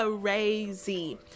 crazy